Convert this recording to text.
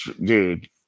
Dude